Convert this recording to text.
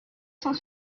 cent